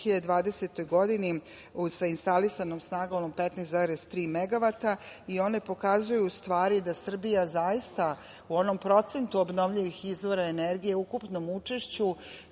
2020. godini sa instalisanom snagom od 15,3 megavata i one pokazuju da Srbija zaista u onom procentu obnovljivih izvora energije u ukupnom učešću,